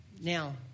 Now